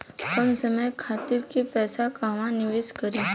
कम समय खातिर के पैसा कहवा निवेश करि?